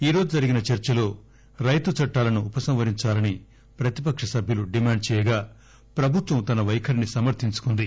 ఈరోజు జరిగిన చర్చలో రైతు చట్టాలను ఉపసంహరించాలని ప్రతిపక్ష సభ్యులు డిమాండ్ చేయగా ప్రభుత్వం తన వైఖరిని సమర్దించుకుంది